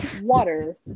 water